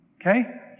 Okay